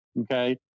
okay